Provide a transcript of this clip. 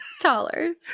dollars